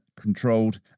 controlled